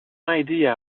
idea